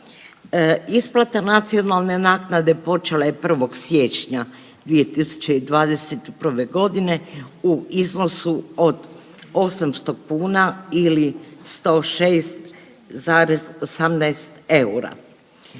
Isplata nacionalne naknade počela je 1. siječnja 2021.g. u iznosu od 800 kuna ili 106,18 eura.